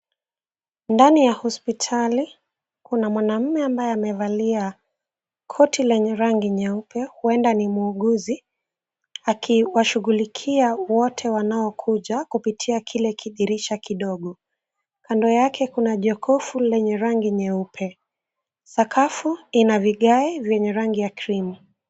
Ndani ya hospitali, kuna mwananume ambaye amevalia koti lenye rangi nyeupe huenda ni muuguzi, akiwashughulukia wote wanaokuja kupitia kile kidirisha kidogo. Kando yake kuna jokofu lenye rangi nyeupe. Sakafu ina vigae vyenye rangi ya Cream .